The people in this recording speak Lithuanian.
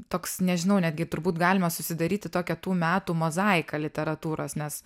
toks nežinau netgi turbūt galima susidaryti tokią tų metų mozaiką literatūros nes